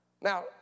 Now